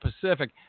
pacific